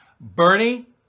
Bernie